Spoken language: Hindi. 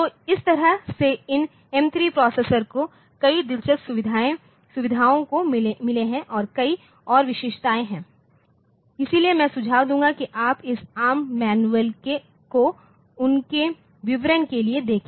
तो इस तरह से इन M3 प्रोसेसरको कई दिलचस्प सुविधाओं को मिले है और कई और विशेषताएं हैं इसलिए मैं सुझाव दूंगा कि आप इस एआरएम मैनुअल को उनके विवरण के लिए देखें